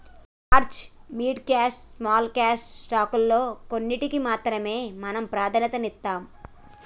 large, mid cap, small cap స్టాకుల్లో కొన్నిటికి మాత్రమే మనం ప్రాధన్యతనిత్తాం